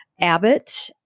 Abbott